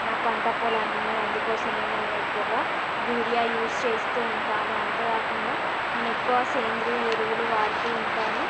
నా పంట పొలాన్ని అందుకోసమే నేనెక్కువగా యూరియా యూస్ చేస్తూ ఉంటాను అంతే కాకుండా నేనెక్కువ సేంద్రియ ఎరువులు వాడుతూ ఉంటాను